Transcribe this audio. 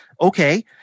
okay